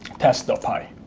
test the pi.